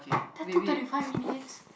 that took thirty five minutes